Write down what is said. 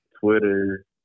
Twitter